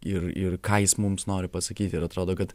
ir ir ką jis mums nori pasakyt ir atrodo kad